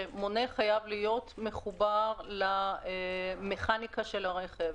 שמונה חייב להיות מחובר למכניקה של הרכב.